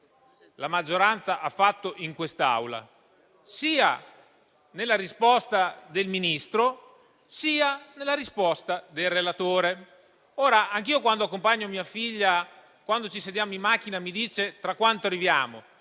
la maggioranza ha fatto in quest'Aula, sia nella risposta del Ministro, sia nella risposta del relatore. Anche quando accompagno mia figlia da qualche parte, appena ci sediamo in macchina mi chiede «tra quanto arriviamo?»,